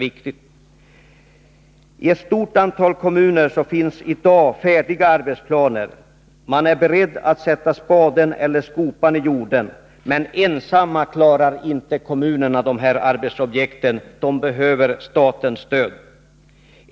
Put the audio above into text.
I ett stort antal kommuner finns det färdiga arbetsplaner. Man är beredd att sätta spaden eller skopan i jorden, men ensamma klarar inte kommunerna de här arbetsobjekten utan behöver statens stöd.